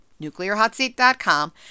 nuclearhotseat.com